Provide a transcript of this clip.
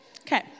Okay